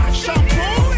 shampoo